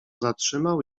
zatrzymał